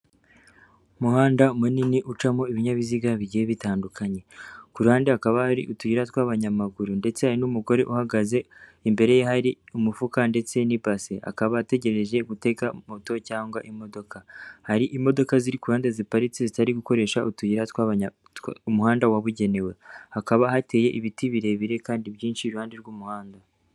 Umuhanda munini ucamo ibinyabiziga bigiye bitandukanye. Ku ruhande hakaba hari utuyira tw'abanyamaguru ndetse hari n'umugore uhagaze. Imbere ye hari umufuka ndetse n'ibase. Akaba ategereje gutega moto cyangwa imodoka. Hari imodoka ziri ku ruhande ziparitse zitari gukoresha umuhanda wabugenewe. Hakaba hateye ibiti birebire kandi byinshi iruhande rw'umuhanda.